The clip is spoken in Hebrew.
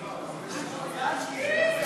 המשפטית והאפוטרופסות (תיקון מס' 19),